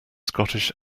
scottish